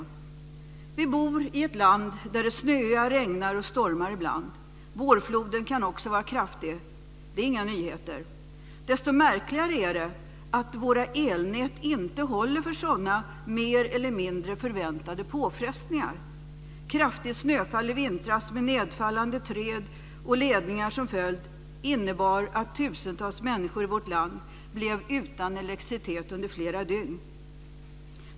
Vi bor i ett land där det snöar, regnar och stormar ibland. Vårfloden kan också vara kraftig. Detta är inga nyheter. Desto märkligare är det att våra elnät inte håller för sådana mer eller mindre förväntade påfrestningar. Kraftigt snöfall i vintras med nedfallande träd och ledningar som följd innebar att tusentals människor i vårt land blev utan elektricitet under flera dygn.